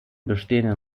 bestehen